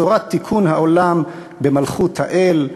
בשורת תיקון העולם במלכות האל,